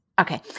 Okay